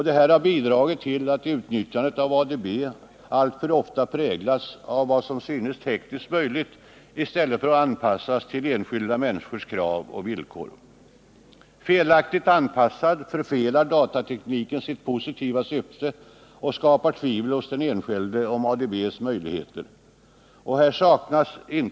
Detta har bidragit till att utnyttjandet av ADB alltför ofta präglats av vad som synes tekniskt möjligt i stället för att anpassas till de enskilda människornas krav och villkor. Felaktigt anpassad förfelar datatekniken sitt positiva syfte och skapar tvivel hos den enskilde om ADB:s möjligheter.